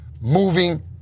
moving